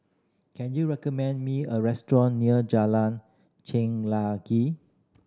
can you recommend me a restaurant near Jalan